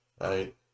right